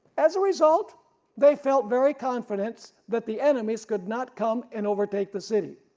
as a result they felt very confident that the enemies could not come and overtake the city,